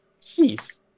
Jeez